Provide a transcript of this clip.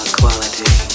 quality